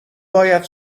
باید